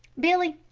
billy,